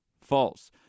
false